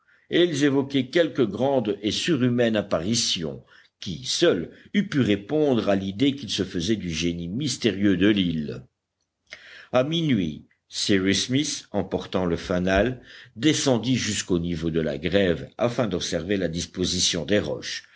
et ils évoquaient quelque grande et surhumaine apparition qui seule eût pu répondre à l'idée qu'ils se faisaient du génie mystérieux de l'île à minuit cyrus smith emportant le fanal descendit jusqu'au niveau de la grève afin d'observer la disposition des roches